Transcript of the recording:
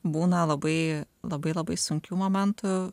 būna labai labai labai sunkių momentų